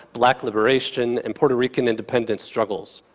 black liberation and puerto rican independent struggles.